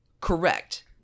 Correct